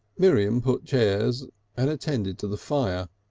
miriam put chairs and attended to the fire,